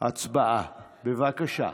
הצבעה, בבקשה.